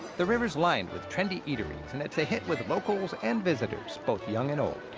the river's lined with trendy eateries, and it's a hit with locals and visitors both young and old.